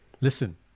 listen